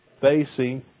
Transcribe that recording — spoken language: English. facing